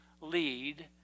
lead